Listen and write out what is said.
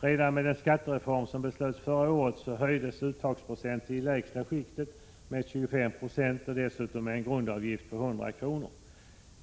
Redan med den skattereform som beslöts förra året höjdes uttagsprocenten i det lägsta inkomstskiktet med 25 90 och dessutom med en grundavgift på 100 kr.